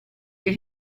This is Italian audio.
che